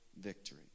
victory